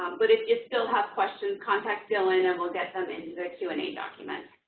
but, if you still have questions, contact dylan and and we'll get them into the q and a document.